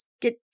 get